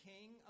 King